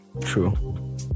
True